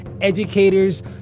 educators